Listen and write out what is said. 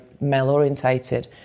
male-orientated